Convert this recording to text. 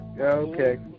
Okay